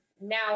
now